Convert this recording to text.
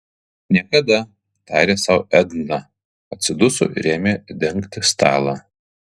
niekada tarė sau edna atsiduso ir ėmė dengti stalą